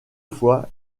fois